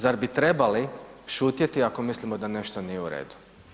Zar bi trebali šutjeti ako mislimo da nešto nije uredu?